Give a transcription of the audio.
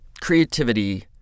creativity